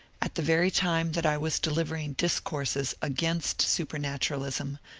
at the very time that i was delivering dis courses against supematuralism,